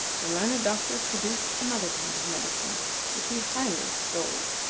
the learned doctor produced another kind of medicine which he highly extolled.